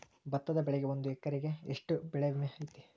ಭತ್ತದ ಬೆಳಿಗೆ ಒಂದು ಎಕರೆಗೆ ಎಷ್ಟ ಬೆಳೆ ವಿಮೆ ಐತಿ?